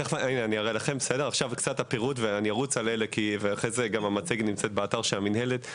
אני ארוץ על כל אלה כי המצגת נמצאת באתר של המינהלת,